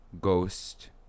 ghost